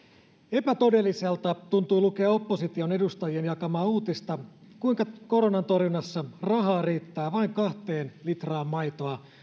epätodelliselta tuntuu lukea opposition edustajien jakamaa uutista kuinka koronan torjunnassa rahaa riittää vain kahteen litraan maitoa